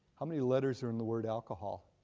how many letters are in the word alcohol?